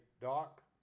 Doc